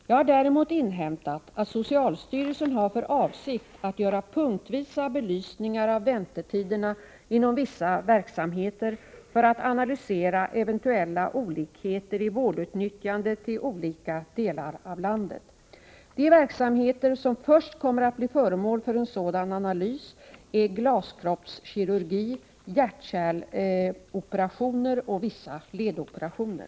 Jag har däremot inhämtat att socialstyrelsen har för avsikt att göra belysningar punktvis av väntetiderna inom vissa verksamheter för att analysera eventuella olikheter i vårdutnyttjandet i olika delar av landet. De verksamheter som först kommer att bli föremål för en sådan analys är glaskroppskirurgi, hjärt-kärloperationer och vissa ledoperationer.